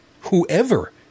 Whoever